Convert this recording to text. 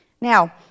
Now